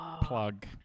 plug